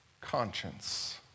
conscience